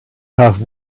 have